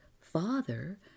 Father